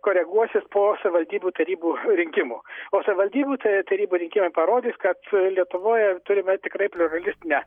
koreguosis po savivaldybių tarybų rinkimų o savivaldybių tarybų rinkimai parodys kad lietuvoje turime tikrai pliuralistinę